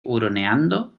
huroneando